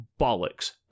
bollocks